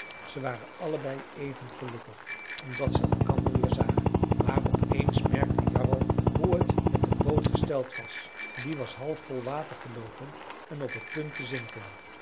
zij waren allebei even gelukkig omdat ze elkander weer zagen maar op eens merkte jarro hoe het met de boot gesteld was die was halfvol water geloopen en op het punt te zinken